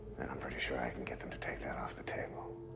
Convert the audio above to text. then i'm pretty sure i can get them to take that off the table.